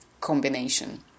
combination